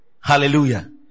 Hallelujah